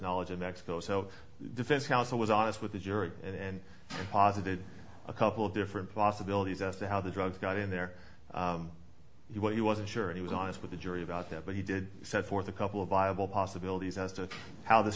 knowledge of mexico so defense counsel was honest with the jury and posited a couple of different possibilities as to how the drugs got in there what you wasn't sure he was honest with the jury about that but he did set forth a couple of viable possibilities as to how this